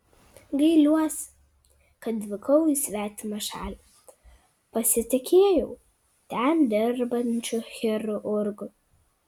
gailiuosi kad vykau į svetimą šalį pasitikėjau ten dirbančiu chirurgu